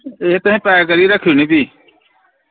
ए तुसैं पैक करियै रक्खी ओड़ने फ्ही